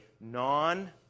non